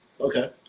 Okay